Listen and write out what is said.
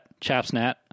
Chapsnat